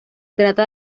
trata